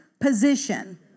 position